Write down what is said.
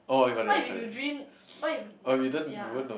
what if you dream what if then ya